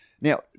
Now